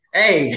hey